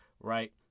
Right